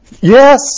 Yes